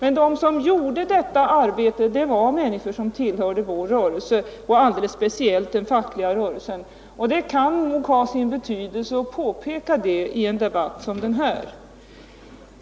Men de som gjorde arbetet på att bana väg var människor som tillhörde vår rörelse, speciellt den fackliga rörelsen. Det kan nog ha sin betydelse att påpeka det i en debatt som denna.